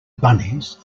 bunnies